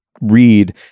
read